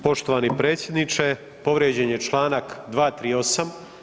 Poštovani predsjedniče, povrijeđen je čl. 238.